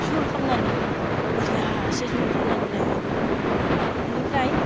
झुल खालामनानै बरहियासो झुल खालामनानै लायो बेनिफ्राय